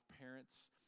parents